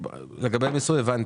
לגבי מיסוי, הבנתי.